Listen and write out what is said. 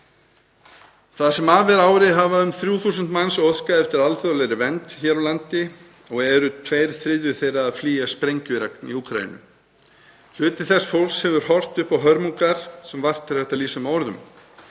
Það sem af er ári hafa um 3.000 manns óskað eftir alþjóðlegri vernd hér á landi og eru tveir þriðju þeirra að flýja sprengjuregn í Úkraínu. Hluti þess fólks hefur horft upp á hörmungar sem vart er hægt að lýsa með orðum.